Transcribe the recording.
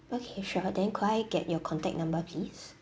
okay sure then could I get your contact number please